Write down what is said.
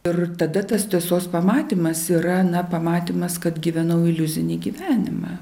ir tada tas tiesos pamatymas yra na pamatymas kad gyvenau iliuzinį gyvenimą